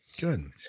Good